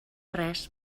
res